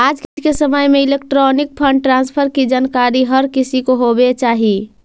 आज के समय में इलेक्ट्रॉनिक फंड ट्रांसफर की जानकारी हर किसी को होवे चाही